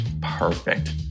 Perfect